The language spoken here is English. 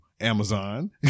Amazon